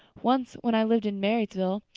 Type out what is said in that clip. once, when i lived in marysville,